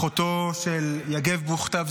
אחותו של יגב בוכשטב,